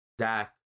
Zach